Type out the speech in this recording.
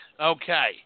Okay